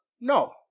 No